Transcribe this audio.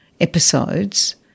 episodes